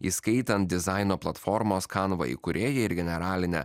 įskaitant dizaino platformos kanva įkūrėją ir generalinę